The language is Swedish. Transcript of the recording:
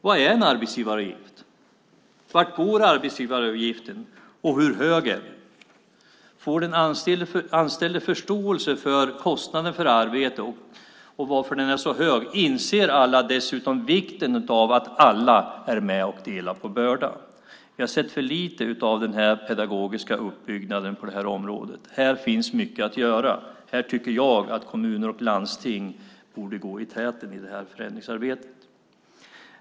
Vad är en arbetsgivaravgift, vart går arbetsgivaravgiften och hur hög är den? Får de anställda förståelse för kostnaden för arbete och varför den är så hög inser alla dessutom vikten av att alla är med och delar på bördan. Vi har sett för lite av denna pedagogiska uppbyggnad på det här området. Här finns mycket att göra. Här tycker jag att kommuner och landsting borde gå i täten i förändringsarbetet.